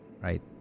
Right